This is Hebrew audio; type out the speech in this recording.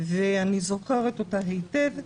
ואני זוכרת אותה היטב,